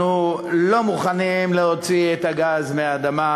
אנחנו לא מוכנים להוציא את הגז מהאדמה,